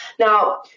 Now